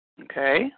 Okay